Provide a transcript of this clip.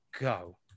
go